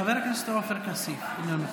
חבר הכנסת עופר כסיף, אינו נוכח.